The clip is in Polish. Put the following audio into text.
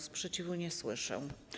Sprzeciwu nie słyszę.